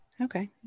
Okay